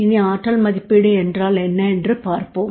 இனி ஆற்றல் மதிப்பீடு என்றால் என்ன என்று பார்ப்போம்